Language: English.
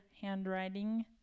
handwriting